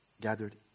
gathered